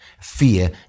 Fear